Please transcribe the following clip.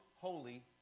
holy